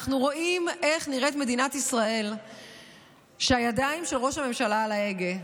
אנחנו רואים איך נראית מדינת ישראל כשהידיים של ראש הממשלה על ההגה.